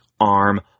arm